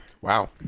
Wow